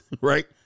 right